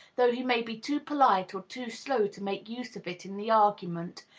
though he may be too polite or too slow to make use of it in the argument,